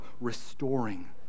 restoring